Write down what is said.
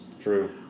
True